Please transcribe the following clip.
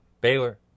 Baylor